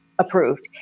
approved